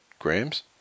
grams